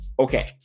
Okay